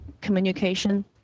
communication